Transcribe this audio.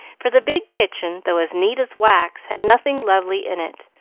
for the big kitchen, though as neat as wax, had nothing lovely in it,